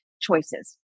choices